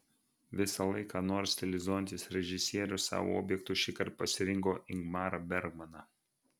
visąlaik ką nors stilizuojantis režisierius savo objektu šįkart pasirinko ingmarą bergmaną